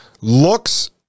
looks